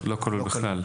לא כלול בכלל?